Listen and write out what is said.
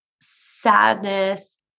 sadness